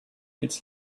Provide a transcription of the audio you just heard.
its